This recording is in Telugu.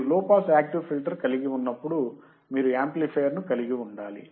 మీరు లో పాస్ యాక్టివ్ ఫిల్టర్ కలిగి ఉన్నప్పుడు మీరు యాంప్లిఫయర్ ను కలిగి ఉండాలి